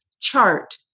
chart